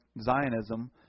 Zionism